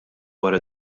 wara